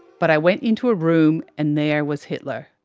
but i went into a room and there was hitler.